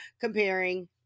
comparing